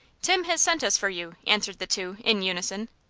tim has sent us for you! answered the two, in unison.